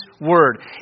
Word